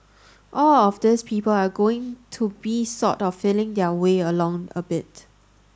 all of these people are going to be sort of feeling their way along a bit